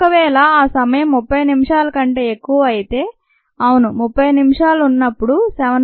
ఒకవేళ ఆ సమయం 30 నిమిషాల కంటే ఎక్కువ అయితే అవును 30 నిమిషాలు ఉన్నప్పుడు 7